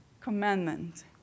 commandment